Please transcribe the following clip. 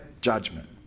judgment